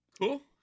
Cool